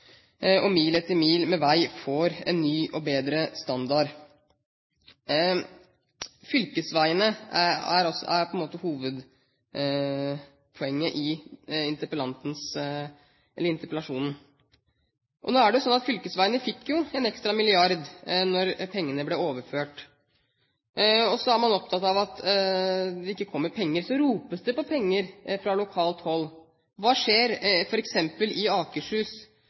år. Mil etter mil med vei får en ny og bedre standard. Fylkesveiene er hovedpoenget i interpellasjonen. Nå er det sånn at fylkesveiene fikk en ekstra milliard da pengene ble overført. Så er man opptatt av at det ikke kommer penger. Så ropes det på penger fra lokalt hold. Hva skjer f.eks. i Akershus,